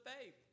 faith